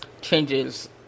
changes